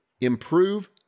improve